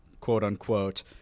quote-unquote